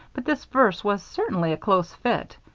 but this verse was certainly a close fit.